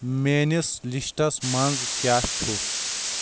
میٲنِس لسٹس منز کیاہ چھُ